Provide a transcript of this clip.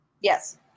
Yes